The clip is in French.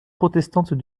protestante